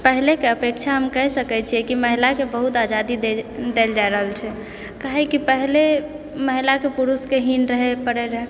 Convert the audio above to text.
पहिलेकऽ अपेक्षा हम कहि सकैत छियै कि महिलाकऽ बहुत आजादी देल जाइ रहल छै काहेकि पहिले महिलाकऽ पुरुषके हीन पड़ैत रहय